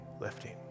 lifting